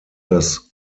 das